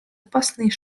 опасный